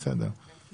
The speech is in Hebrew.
הצבעה בעד, 1 אושר.